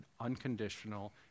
unconditional